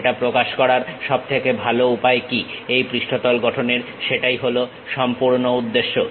সেটা প্রকাশ করার সবথেকে ভালো উপায় কি এই পৃষ্ঠতল গঠনের সেটাই হলো সম্পূর্ণ উদ্দেশ্য